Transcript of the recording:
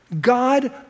God